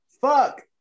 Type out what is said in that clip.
Fuck